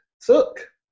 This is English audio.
took